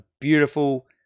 beautiful